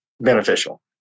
beneficial